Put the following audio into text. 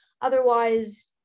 otherwise